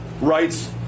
rights